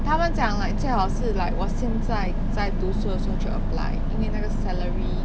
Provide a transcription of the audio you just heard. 他们讲 like 最好是 like 我现在在读书的时候去 apply 因为那个 salary